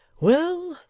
well,